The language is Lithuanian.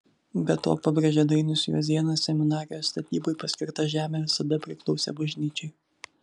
be to pabrėžė dainius juozėnas seminarijos statybai paskirta žemė visada priklausė bažnyčiai